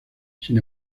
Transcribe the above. sin